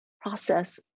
process